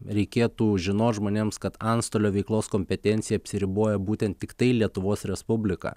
reikėtų žinot žmonėms kad antstolio veiklos kompetencija apsiriboja būtent tiktai lietuvos respublika